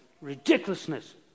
ridiculousness